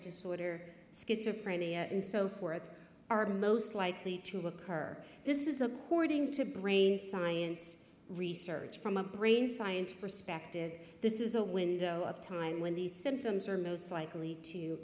disorder schizophrenia and so forth are most likely to occur this is a courting to brain science research from a brain science perspective this is a window of time when these symptoms are most likely to